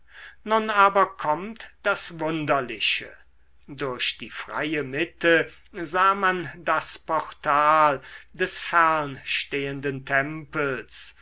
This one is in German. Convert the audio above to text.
nun aber kommt das wunderliche durch die freie mitte sah man das portal des fernstehenden tempels